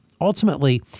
ultimately